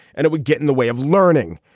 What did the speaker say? and it would get in the way of learning.